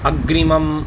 अग्रिमम्